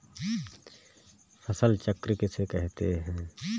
फसल चक्र किसे कहते हैं?